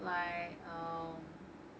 like um